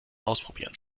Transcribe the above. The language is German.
ausprobieren